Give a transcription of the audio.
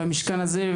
מהמשכן הזה,